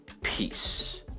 peace